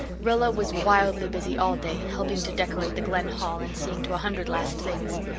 rilla was wildly busy all day, helping to decorate the glen hall and seeing to a hundred last things.